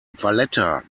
valletta